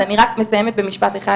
אני רק מסיימת במשפט אחד,